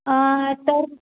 तर